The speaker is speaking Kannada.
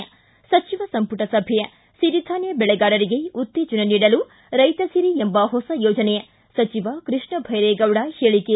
ಿ ಸಚಿವ ಸಂಪುಟ ಸಭೆ ಸಿರಿಧಾನ್ಯ ಬೆಳೆಗಾರರಿಗೆ ಉತ್ತೇಜನ ನೀಡಲು ರೈತಸಿರಿ ಎಂಬ ಹೊಸ ಯೋಜನೆ ಸಚಿವ ಕೃಷ್ಣಭೈರೇಗೌಡ ಹೇಳಿಕೆ